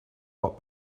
lot